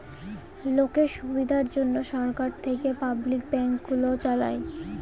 লোকের সুবিধার জন্যে সরকার থেকে পাবলিক ব্যাঙ্ক গুলো চালায়